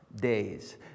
days